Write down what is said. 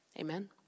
Amen